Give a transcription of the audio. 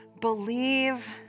Believe